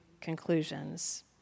conclusions